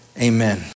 Amen